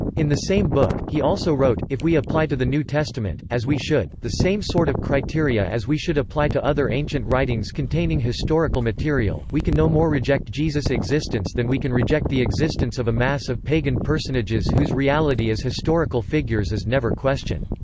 in the same book, he also wrote if we apply to the new testament, as we should, the same sort of criteria as we should apply to other ancient writings containing historical material, we can no more reject jesus' existence than we can reject the existence of a mass of pagan personages whose reality as historical figures is never questioned.